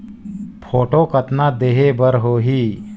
Photo कतना देहें बर होहि?